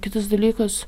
kitas dalykas